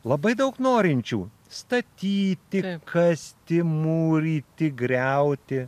labai daug norinčių statyti kasti mūryti griauti